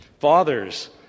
Fathers